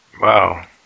wow